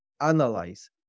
analyze